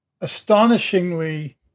astonishingly